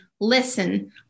listen